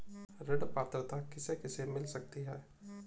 ऋण पात्रता किसे किसे मिल सकती है?